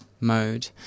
mode